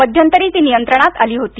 मध्यंतरी ती नियंत्रणात आली होती